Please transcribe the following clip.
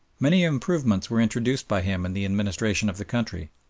many improvements were introduced by him in the administration of the country.